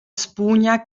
spugna